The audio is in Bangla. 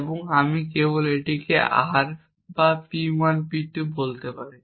এবং আমি কেবল এটিকে r বা p 1 p 2 বলতে পারি